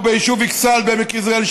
כמו ביישוב אכסאל בעמק יזרעאל,